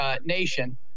nation